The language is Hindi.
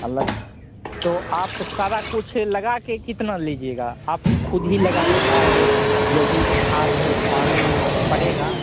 अलग तो आप सारा कुछ लगाकर कितना लीजिएगा आप खुद ही लगाइएगा और जो भी खाद है पानी पड़ेगा